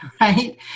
right